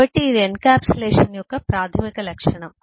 కాబట్టి ఇది ఎన్క్యాప్సులేషన్ యొక్క ప్రాథమిక లక్షణం